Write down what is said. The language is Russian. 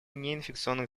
неинфекционных